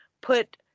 put